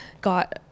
got